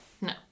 No